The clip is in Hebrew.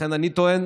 לכן אני טוען